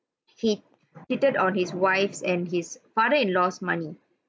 he he cheated on his wife's and his father in law's money